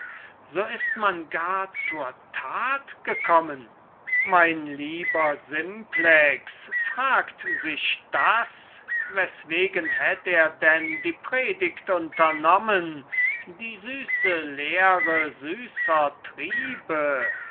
so ist man gar zur tat gekommen mein lieber simplex fragt sich das weswegen hätt er denn die predigt unternommen die süße lehre süßer triebe